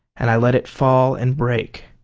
and i let it fall and break.